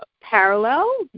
parallel